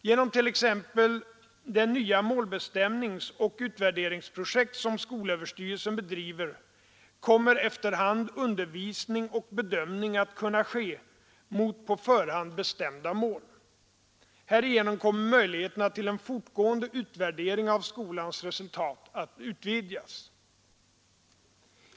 Genom t.ex. det nya målbestämningsoch utvärderingsprojekt som skolöverstyrelsen bedriver kommer efter hand undervisning och bedömning att kunna ske mot på förhand bestämda mål. Härigenom kommer möjligheterna till en fortgående utvärdering av skolans resultat att utvidgas.